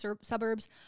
suburbs